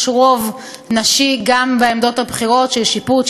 יש רוב נשי גם בעמדות הבכירות של שיפוט,